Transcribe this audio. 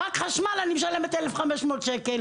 רק עבור חשמל אני משלמת 1,500 ₪,